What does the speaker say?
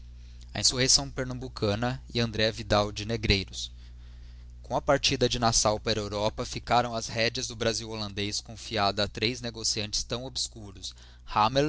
a insurreição pernambucana e andré vidal de negreiros com a partida de nassaupara a europa ficaram as rédeas do brasil hollandez confiadas a três negociantes tão obscuros